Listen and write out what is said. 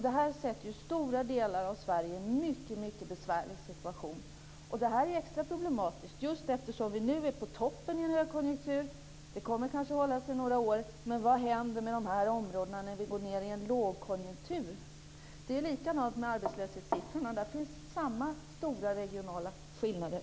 Detta försätter stora delar av Sverige i en mycket besvärlig situation. Det här är extra problematiskt eftersom vi nu är på toppen i en högkonjunktur. Det kommer kanske att hålla i sig under några år, men vad händer med dessa områden när vi går ned i en lågkonjunktur? Det är likadant med arbetslöshetssiffrorna. Där finns samma stora regionala skillnader.